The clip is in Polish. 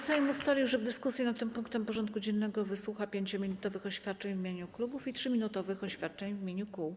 Sejm ustalił, że w dyskusji nad tym punktem porządku dziennego wysłucha 5-minutowych oświadczeń w imieniu klubów i 3-minutowych oświadczeń w imieniu kół.